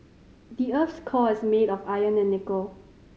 the earth's core is made of iron and nickel